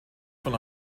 von